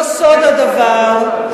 תצטרף (חבר הכנסת נסים זאב יוצא מאולם המליאה.) אבל לא סוד הדבר,